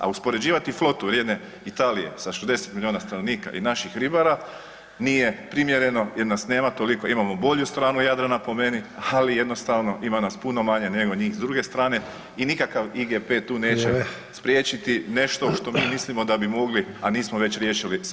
A uspoređivati flotu vrijedne Italije sa 60 milijuna stanovnika i naših ribara, nije primjereno jer nas nema toliko, imamo bolju stranu Jadrana po meni, ali jednostavno ima nas puno manje nego njih s druge strane i nikakav IGP tu neće [[Upadica: Vrijeme.]] spriječiti nešto što mi mislimo da bi mogli, a nismo već riješili sa ZERP-om.